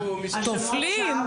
טופלים?